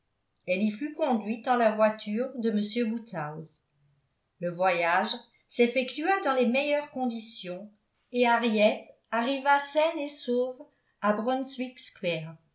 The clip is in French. elle y fut conduite dans la voiture de m woodhouse le voyage s'effectua dans les meilleures conditions et henriette arriva saine et sauve à brunswick